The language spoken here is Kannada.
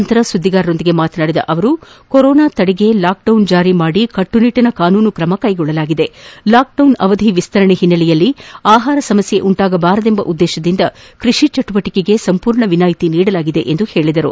ನಂತರ ಸುದ್ದಿಗಾರರೊಂದಿಗೆ ಮಾತನಾಡಿದ ಅವರು ಕೊರೊನಾ ತಡೆಗೆ ಲಾಕ್ಡೌನ್ ಜಾರಿ ಮಾಡಿ ಕಟ್ಪುನಿಟ್ಟಿನ ಕಾನೂನು ತ್ರಮಕ್ಟೆಗೊಳ್ಳಲಾಗಿದೆ ಲಾಕ್ಡೌನ್ ಅವಧಿ ವಿಸ್ತರಣೆ ಹಿನ್ನೆಲೆಯಲ್ಲಿ ಆಹಾರ ಸಮಸ್ಥೆ ಉಂಟಾಗಬಾರದೆಂಬ ಉದ್ದೇಶದಿಂದ ಕೃಷಿ ಚಟುವಟಿಕೆಗೆ ಸಂಪೂರ್ಣ ವಿನಾಯಿತಿ ನೀಡಲಾಗಿದೆ ಎಂದು ಹೇಳದರು